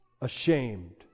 Ashamed